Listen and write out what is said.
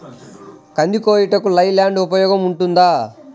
కంది కోయుటకు లై ల్యాండ్ ఉపయోగముగా ఉంటుందా?